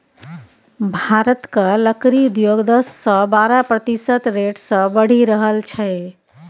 भारतक लकड़ी उद्योग दस सँ बारह प्रतिशत रेट सँ बढ़ि रहल छै